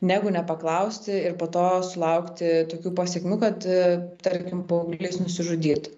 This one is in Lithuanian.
negu nepaklausti ir po to sulaukti tokių pasekmių kad tarkim paauglys nusižudytų